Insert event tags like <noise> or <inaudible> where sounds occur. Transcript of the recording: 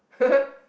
<laughs>